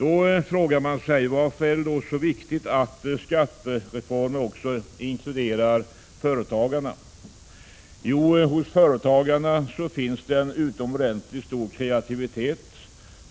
Man frågar sig varför det då är så viktigt med skattereformer som också inkluderar företagarna. Jo, därför att det hos företagarna finns en utomordentligt stor kreativitet